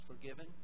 forgiven